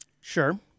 Sure